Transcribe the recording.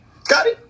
Scotty